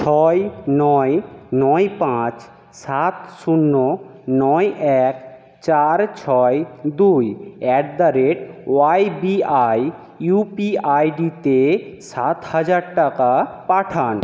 ছয় নয় নয় পাঁচ সাত শূন্য নয় এক চার ছয় দুই at the rate YBI UP আইডিতে সাত হাজার টাকা পাঠান